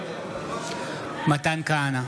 בעד מתן כהנא,